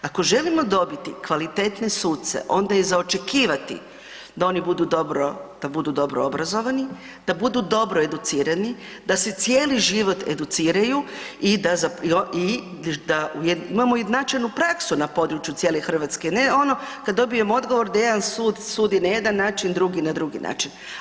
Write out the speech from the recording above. Ako želimo dobiti kvalitetne suce onda je za očekivati da oni budu, da budu dobro obrazovani, da budu dobro educirani, da se cijeli život educiraju i da u, imamo i načelnu praksu na području cijele Hrvatske, ne ono kad dobijem odgovor da jedan sud sudi na jedan način, drugi na drugi način.